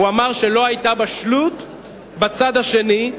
הוא אמר שלא היתה בשלות בצד השני.